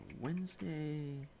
Wednesday